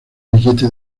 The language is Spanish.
billete